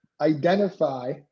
identify